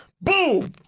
Boom